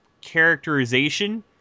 characterization